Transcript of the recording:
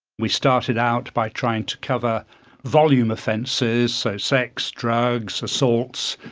we started out by trying to cover volume offences, so sex, drugs, assaults,